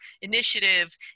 initiative